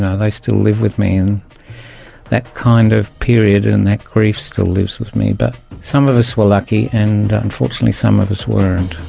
and they still live with me and that kind of period and that grief still lives with me. but some of us were lucky and unfortunately some of us weren't,